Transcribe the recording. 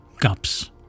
gaps